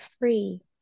free